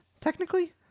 technically